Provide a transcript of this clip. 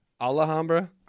Alhambra